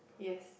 yes